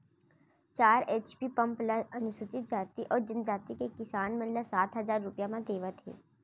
चार HP pump ल अनुसूचित जाति अउ जनजाति के किसान मन ल सात हजार रूपिया म देवत हे